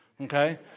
okay